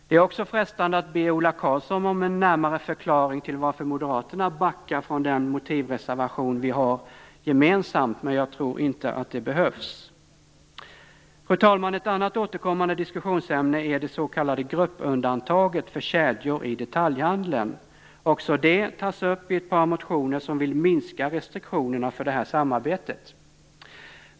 Det är också frestande att be Ola Karlsson om en närmare förklaring till varför Moderaterna backar från den motivreservation vi har lagt gemensamt, men jag tror inte att det behövs. Fru talman! Ett annat återkommande diskussionsämne är det s.k. gruppundantaget för kedjor i detaljhandeln. Också det tas upp i ett par motioner som vill minska restriktionerna för det här samarbetet.